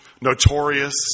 notorious